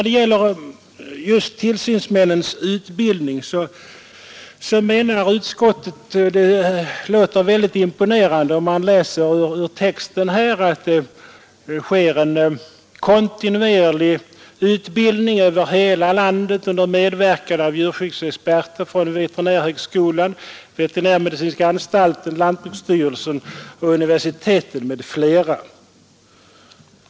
Det låter väldigt imponerande när man i betänkandet läser att ”utbildning av tillsynsmän pågår kontinuerligt över hela landet under medverkan av djurskyddsexperter från veterinärhögskolan, veterinärmedicinska anstalten, lantbruksstyrelsen och universiteten m.fl.”.